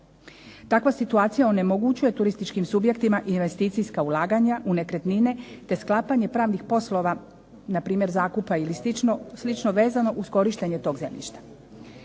Takva situacija onemoguće turističkim subjektima investicijska ulaganja u nekretnine, te sklapanje pravnih poslova npr. zakupa ili slično, vezano uz korištenje tog zemljišta.